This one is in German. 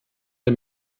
der